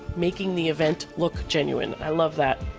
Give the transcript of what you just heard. making the event look genuine. i love that